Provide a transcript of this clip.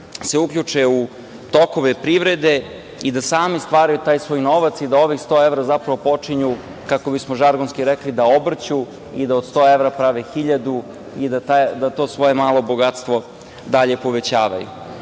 se uključe u tokove privrede i da sami stvaraju taj svoj novac i da ovih 100 evra zapravo počinju kako bismo žargonski rekli, da obrću i da od 100 evra prave hiljadu i da to svoje malo bogatstvo dalje povećavaju. Opet